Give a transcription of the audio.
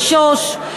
לשוש,